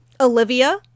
Olivia